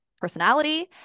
personality